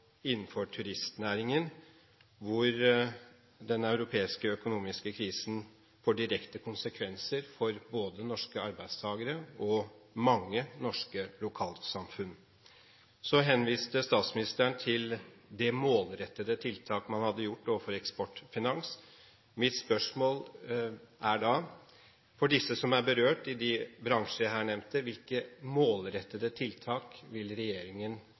innenfor turistnæringen, der den europeiske økonomiske krisen får direkte konsekvenser for både norske arbeidstakere og mange norske lokalsamfunn. Så henviste statsministeren til det målrettede tiltak man hadde gjort overfor Eksportfinans. Mitt spørsmål er da: For dem som er berørt i de bransjer jeg her nevnte, hvilke målrettede tiltak vil regjeringen